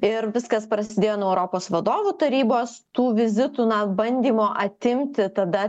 ir viskas prasidėjo nuo europos vadovų tarybos tų vizitų na bandymo atimti tada